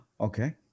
Okay